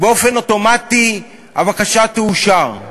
באופן אוטומטי הבקשה תאושר.